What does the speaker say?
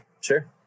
Sure